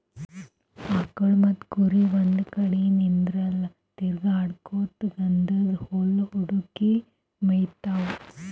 ಆಕಳ್ ಮತ್ತ್ ಕುರಿ ಇವ್ ಒಂದ್ ಕಡಿ ನಿಂದ್ರಲ್ಲಾ ತಿರ್ಗಾಡಕೋತ್ ಛಂದನ್ದ್ ಹುಲ್ಲ್ ಹುಡುಕಿ ಮೇಯ್ತಾವ್